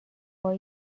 وای